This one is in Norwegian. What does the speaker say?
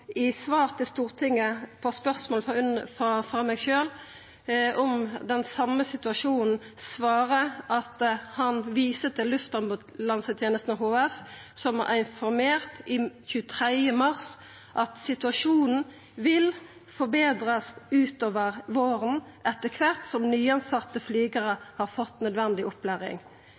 i svar til Stortinget på spørsmål frå meg den 23. mars om den same situasjonen viser til at Luftambulansetenesta HF har informert om at situasjonen vil «forbedres utover våren etter hvert som nyansatte flygere har fått nødvendig opplæring».